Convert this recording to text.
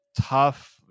tough